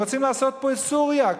הם רוצים לעשות פה את סוריה.